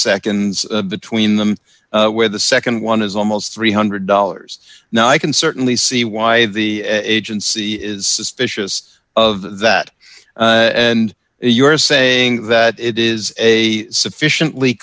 seconds between them where the nd one is almost three hundred dollars now i can certainly see why the agency is suspicious of that and you're saying that it is a sufficiently